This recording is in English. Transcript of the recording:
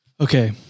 Okay